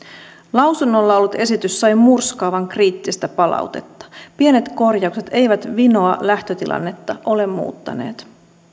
lausunnolla ollut esitys sai murskaavan kriittistä palautetta pienet korjaukset eivät vinoa lähtötilannetta ole muuttaneet